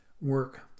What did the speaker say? work